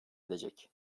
edecek